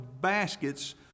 baskets